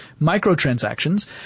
microtransactions